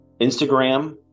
Instagram